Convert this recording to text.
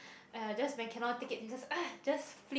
!aiya! just when cannot take it !aiya! just flip